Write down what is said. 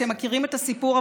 אתם מכירים את הסיפור,